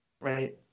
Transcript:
Right